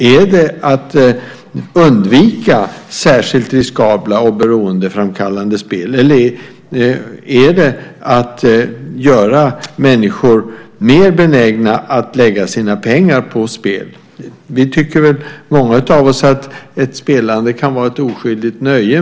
Är det att undvika särskilt riskabla och beroendeframkallande spel, eller är det att göra människor mer benägna att lägga sina pengar på spel? Många av oss tycker att ett spelande kan vara ett oskyldigt nöje.